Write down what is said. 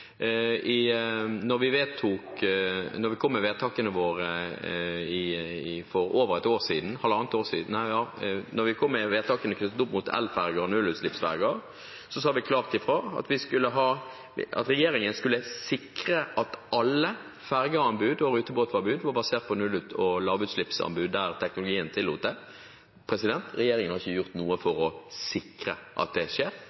vi fattet vedtakene for over et år siden eller halvannet år siden, om elferger, nullutslippsferger, sa vi klart fra at regjeringen skulle sikre at alle fergeanbud og rutebåtanbud var basert på null- og lavutslippsanbud der teknologien tillot det. Regjeringen har ikke gjort noe for å sikre at det skjer.